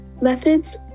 methods